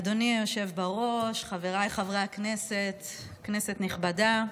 אדוני היושב בראש, חבריי חברי הכנסת, כנסת נכבדה,